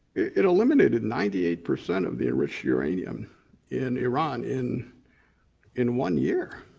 it eliminated ninety eight percent of the enriched uranium in iran in in one year